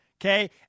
Okay